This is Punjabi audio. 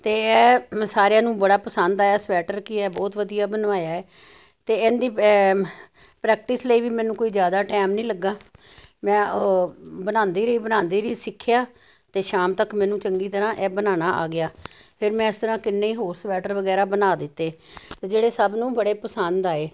ਅਤੇ ਇਹ ਮ ਸਾਰਿਆਂ ਨੂੰ ਬੜਾ ਪਸੰਦ ਆਇਆ ਸਵੈਟਰ ਕਿ ਇਹ ਬਹੁਤ ਵਧੀਆ ਬਣਾਇਆ ਹੈ ਅਤੇ ਇਹਦੀ ਪ੍ਰੈਕਟਿਸ ਲਈ ਵੀ ਮੈਨੂੰ ਕੋਈ ਜ਼ਿਆਦਾ ਟੈਮ ਨਹੀਂ ਲੱਗਾ ਮੈਂ ਉਹ ਬਣਾਉਂਦੀ ਰਹੀ ਬਣਾਉਂਦੀ ਰਹੀ ਸਿੱਖਿਆ ਅਤੇ ਸ਼ਾਮ ਤੱਕ ਮੈਨੂੰ ਚੰਗੀ ਤਰ੍ਹਾਂ ਇਹ ਬਣਾਉਣਾ ਆ ਗਿਆ ਫਿਰ ਮੈਂ ਇਸ ਤਰ੍ਹਾਂ ਕਿੰਨੇ ਹੀ ਹੋਰ ਸਵੈਟਰ ਵਗੈਰਾ ਬਣਾ ਦਿੱਤੇ ਜਿਹੜੇ ਸਭ ਨੂੰ ਬੜੇ ਪਸੰਦ ਆਏ